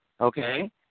okay